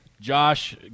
Josh